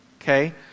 Okay